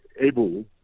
able